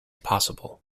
possible